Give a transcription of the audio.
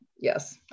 yes